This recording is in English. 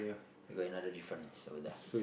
you got another difference over there